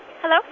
Hello